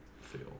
feel